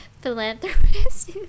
philanthropist